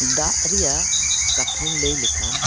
ᱫᱟᱜ ᱨᱮᱭᱟᱜ ᱠᱟᱛᱷᱟᱧ ᱞᱟᱹᱭ ᱞᱮᱠᱷᱟᱱ